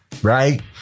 Right